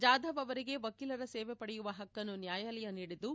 ಜಾಧವ್ ಅವರಿಗೆ ವಕೀಲರ ಸೇವೆ ಪಡೆಯುವ ಹಕ್ಕನ್ನು ನ್ನಾಯಾಲಯ ನೀಡಿದ್ದು